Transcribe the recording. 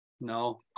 No